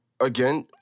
again